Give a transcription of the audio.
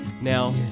now